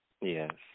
Yes